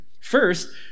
First